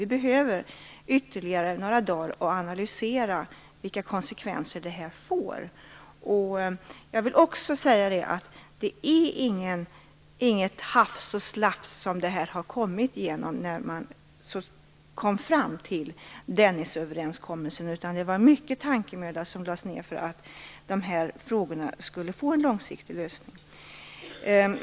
Vi behöver ytterligare några dagar för att analysera vilka konsekvenser detta får. Jag vill också säga att det inte var fråga om något hafs när man kom fram till Dennisöverenskommelsen. Det lades ner mycket tankemöda för att dessa frågor skulle få en långsiktig lösning.